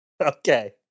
Okay